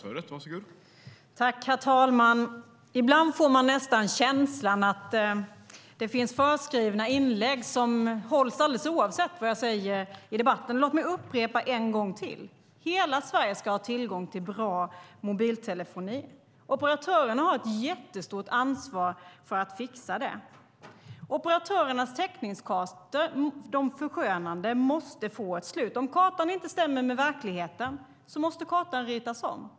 Herr talman! Ibland får man nästan känslan att det finns förskrivna inlägg som hålls alldeles oavsett vad jag säger i debatten. Låt mig upprepa en gång till att hela Sverige ska ha tillgång till bra mobiltelefoni. Operatörerna har ett mycket stort ansvar för att fixa det. Operatörernas förskönade täckningkartor måste få ett slut. Om kartan inte stämmer med verkligheten måste kartan ritas om.